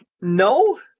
No